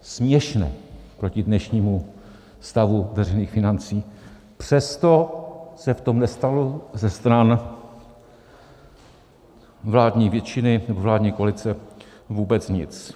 Směšné proti dnešnímu stavu veřejných financí, přesto se v tom nestalo ze stran vládní většiny nebo vládní koalice vůbec nic.